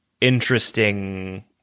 interesting